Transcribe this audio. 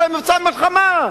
הרי מבצע מלחמה.